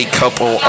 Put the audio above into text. couple